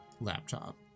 laptop